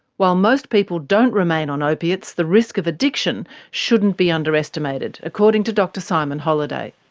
while most people don't remain on opiates, the risk of addiction shouldn't be under-estimated, according to dr simon holliday.